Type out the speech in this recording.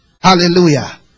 Hallelujah